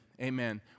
Amen